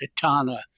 katana